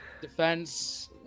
defense